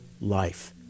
life